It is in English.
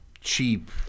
cheap